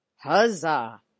Huzzah